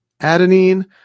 adenine